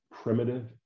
Primitive